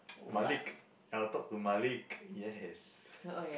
Malik I'll talk to Malik yes